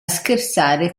scherzare